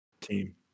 team